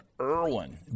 Irwin